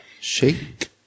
shake